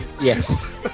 Yes